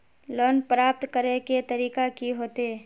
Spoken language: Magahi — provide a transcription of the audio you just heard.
लोन प्राप्त करे के तरीका की होते?